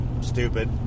stupid